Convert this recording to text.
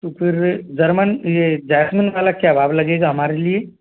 तो फिर जर्मन ये जैस्मिन वाला क्या भाव लगेगा हमारे लिए